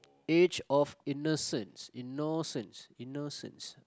age of innocence innocence innocence